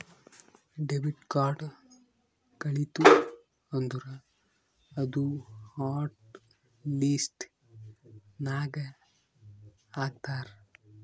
debit card ಕಳಿತು ಅಂದುರ್ ಅದೂ ಹಾಟ್ ಲಿಸ್ಟ್ ನಾಗ್ ಹಾಕ್ತಾರ್